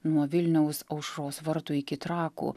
nuo vilniaus aušros vartų iki trakų